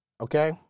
Okay